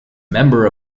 member